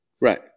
Right